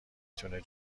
تونه